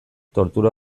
tortura